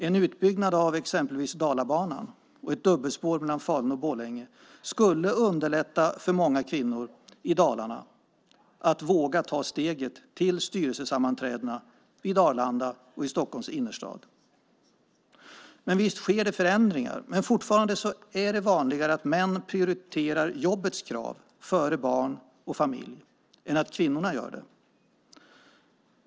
En utbyggnad av exempelvis Dalabanan och ett dubbelspår mellan Falun och Borlänge skulle underlätta för många kvinnor i Dalarna att våga ta steget till styrelsesammanträdena vid Arlanda och i Stockholms innerstad. Visst sker det förändringar, men fortfarande är det vanligare att männen prioriterar jobbets krav före barn och familj än att kvinnorna gör det.